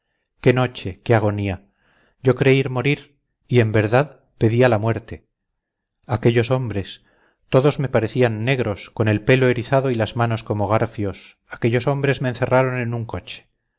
qué noche qué agonía yo creí morir y en verdad pedía la muerte aquellos hombres todos me parecían negros con el pelo erizado y las manos como garfios aquellos hombres me encerraron en un coche